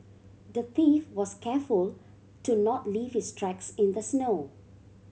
the thief was careful to not leave his tracks in the snow